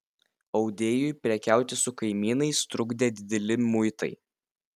audėjui prekiauti su kaimynais trukdė dideli muitai